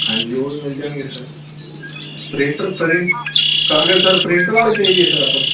ਹਾਂਜੀ ਉਹ ਵੀ ਮਿਲ ਜਾਣਗੇ ਸਰ ਪ੍ਰਿੰਟਰ ਪ੍ਰਿੰ ਕਾਗਜ਼ ਸਰ ਪ੍ਰਿੰਟਰ ਵਾਲੇ ਚਾਹੀਦੇ ਆ ਸਰ ਆਪਾਂ ਨੂੰ